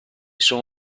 sono